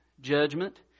judgment